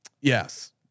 Yes